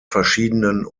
verschiedenen